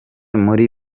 muri